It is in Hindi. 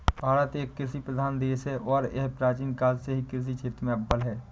भारत एक कृषि प्रधान देश है और यह प्राचीन काल से ही कृषि क्षेत्र में अव्वल है